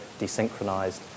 desynchronized